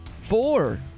Four